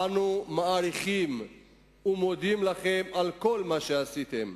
אנו מעריכים את תרומתכם ומודים לכם על כל מה שעשיתם.